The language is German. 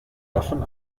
davon